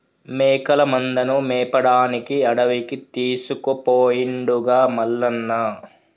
మేకల మందను మేపడానికి అడవికి తీసుకుపోయిండుగా మల్లన్న